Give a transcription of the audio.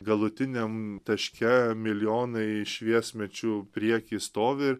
galutiniam taške milijonai šviesmečių prieky stovi